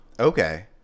Okay